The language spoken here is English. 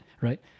right